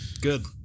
Good